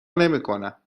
نمیکنم